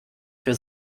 für